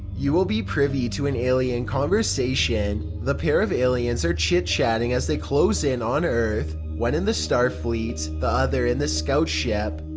you will be privy to an alien conversation. the pair of aliens are chitchatting as they close in on earth, one in the star fleet, the other in the scout ship.